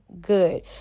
good